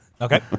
Okay